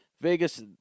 Vegas